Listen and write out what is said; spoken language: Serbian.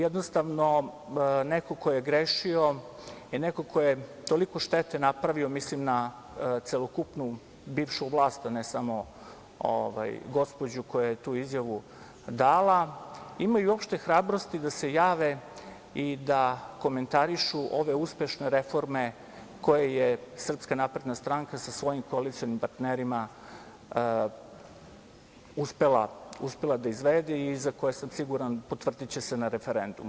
Jednostavno, neko ko je grešio, neko ko je toliko štete napravio, mislim na celokupnu bivšu vlast, a ne samo na gospođu koja je tu izjavu dala, imaju uopšte hrabrosti da se jave i da komentarišu ove uspešne reforme koje je Srpska napredna stranka sa svojim koalicionim partnerima uspela da izvede i za koje sam siguran da će se potvrditi na referendumu.